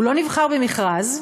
הוא לא נבחר במכרז,